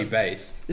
based